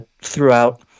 throughout